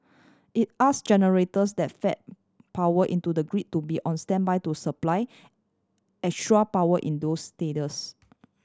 it asked generators that feed power into the grid to be on standby to supply extra power in those status